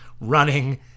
running